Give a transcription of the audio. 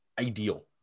ideal